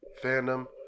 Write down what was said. fandom